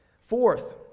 Fourth